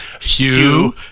Hugh